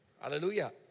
Hallelujah